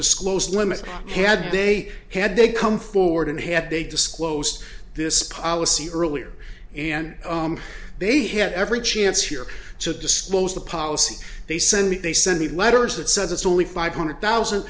disclosed limit had they had they come forward and had they disclosed this policy earlier and they had every chance here to disclose the policy they send they send the letters that says it's only five hundred thousand